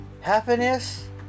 Happiness